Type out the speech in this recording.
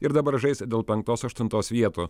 ir dabar žais dėl penktos aštuntos vietų